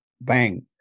bang